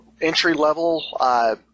entry-level